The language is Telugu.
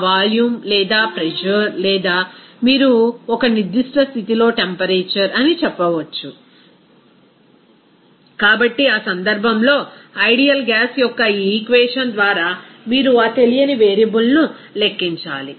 ఆ వాల్యూమ్ లేదా ప్రెజర్ లేదా మీరు ఒక నిర్దిష్ట స్థితిలో టెంపరేచర్ అని చెప్పవచ్చు కాబట్టి ఆ సందర్భంలో ఐడియల్ గ్యాస్ యొక్క ఈ ఈక్వేషన్ ద్వారా మీరు ఆ తెలియని వేరియబుల్లను లెక్కించాలి